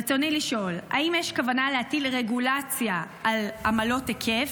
רצוני לשאול: 1. האם יש כוונה להטיל רגולציה על עמלות היקף,